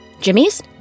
Jimmy's